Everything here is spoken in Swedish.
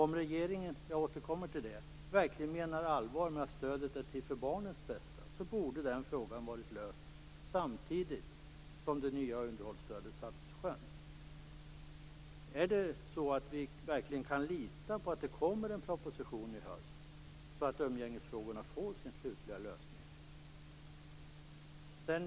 Om regeringen, jag återkommer till det, verkligen menar allvar med att stödet är till för barnens bästa borde den frågan varit löst samtidigt som det nya underhållsstödet sattes i sjön. Kan vi verkligen lita på att det kommer en proposition i höst så att umgängesfrågorna får sin slutliga lösning?